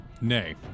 Nay